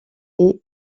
est